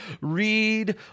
read